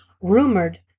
rumored